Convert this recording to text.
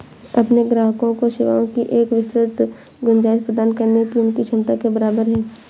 अपने ग्राहकों को सेवाओं की एक विस्तृत गुंजाइश प्रदान करने की उनकी क्षमता में बराबर है